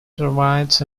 provides